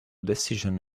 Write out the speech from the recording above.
decision